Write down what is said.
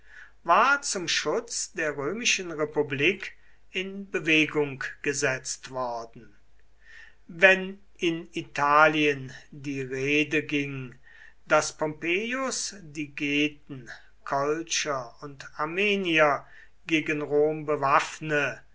war zum schutz der römischen republik in bewegung gesetzt worden wenn in italien die rede ging daß pompeius die geten kolcher und armenier gegen rom bewaffne